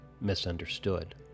misunderstood